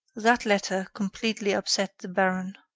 that letter completely upset the baron.